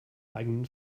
eigenen